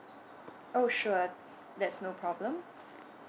oh sure that's no problem